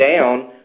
down